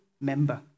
member